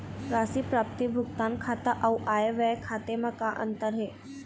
राशि प्राप्ति भुगतान खाता अऊ आय व्यय खाते म का अंतर हे?